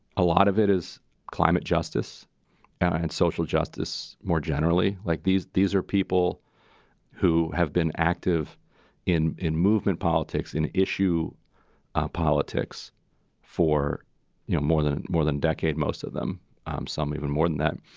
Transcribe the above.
a lot of it is climate justice and social justice more generally like these. these are people who have been active in in movement politics and issue politics for you know more than more than decade, most of them some even more than that.